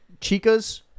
chicas